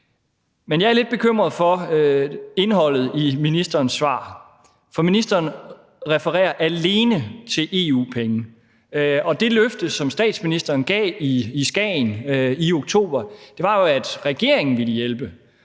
Men jeg er lidt bekymret over indholdet i ministerens svar, for ministeren refererer alene til EU-penge, og det løfte, som statsministeren gav i Skagen i oktober, var jo, at regeringen ville hjælpe.